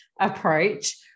approach